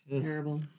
Terrible